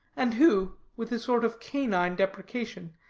and who, with a sort of canine deprecation,